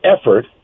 effort